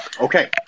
Okay